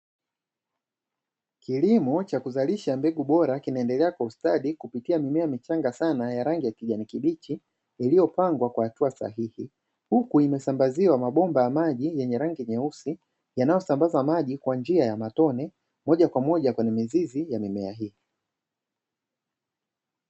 Kilimo cha kuzalisha mbegu bora kinaendelea kustadi kupitia mimea michanga sana ya rangi ya kijani kibichi iliyopangwa kwa hatua sahihi, huku imesambaziwa mabomba ya maji yenye rangi nyeusi yanayosambaza maji kwa njia ya matone moja kwa moja kwenye mizizi ya mimea hiyo.